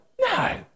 no